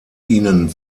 ihnen